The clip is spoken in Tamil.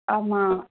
ஆமாம்